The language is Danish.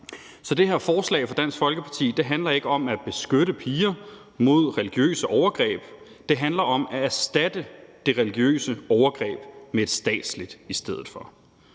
Så det her forslag fra Dansk Folkeparti handler ikke om at beskytte piger mod religiøse overgreb; det handler om at erstatte det religiøse overgreb med et statsligt i stedet for.